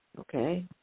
okay